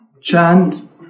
chant